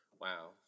Wow